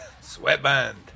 Sweatband